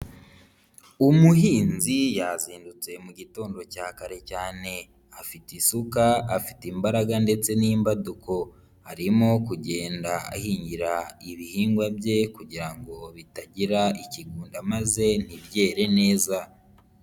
Umuhinzi yazindutse mu gitondo cya kare cyane, afite isuka, afite imbaraga ndetse n'imbaduko, arimo kugenda ahingira ibihingwa bye kugira ngo bitagira ikigunda maze ntibyere neza.